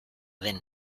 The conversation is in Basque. den